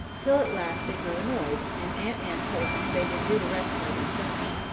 till at last they grew annoyed, and aunt anne told him they would do the rest by themselves.